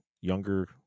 younger